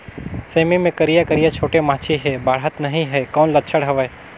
सेमी मे करिया करिया छोटे माछी हे बाढ़त नहीं हे कौन लक्षण हवय?